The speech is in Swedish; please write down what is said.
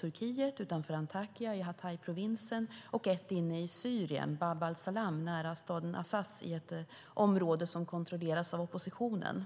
som ligger utanför Antakya i Hatayprovinsen i Turkiet och ett inne i Syrien, Bab al-Salam, nära staden Azaz i ett område som kontrolleras av oppositionen.